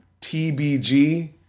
TBG